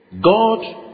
God